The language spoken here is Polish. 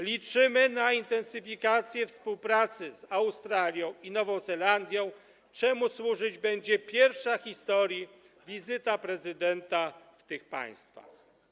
Liczymy na intensyfikację współpracy z Australią i Nową Zelandią, czemu służyć będzie pierwsza w historii wizyta prezydenta w tych państwach.